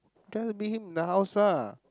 just bring him in the house lah